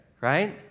right